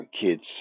kids